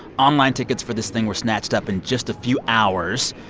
online tickets for this thing were snatched up in just a few hours.